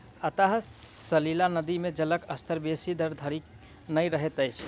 अंतः सलीला नदी मे जलक स्तर बेसी तर धरि नै रहैत अछि